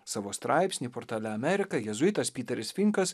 savo straipsnį portale amerika jėzuitas peteris finkas